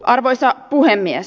arvoisa puhemies